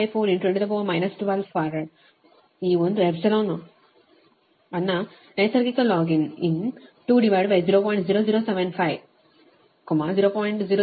854 10 12 farad ಈ ಒಂದು 0 ಅನ್ನು ನೈಸರ್ಗಿಕ ಲಾಗ್ ಇನ್ ln 20